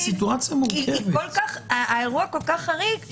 אני חושב שזה בעיקר עניין של מדיניות פסיקה,